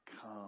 come